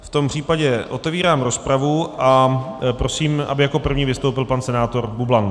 V tom případě otevírám rozpravu a prosím, aby jako první vystoupil pan senátor Bublan.